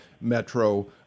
metro